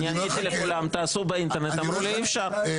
אני עניתי לכולם תעשו באינטרנט אמרו לי אי אפשר,